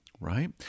right